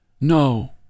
No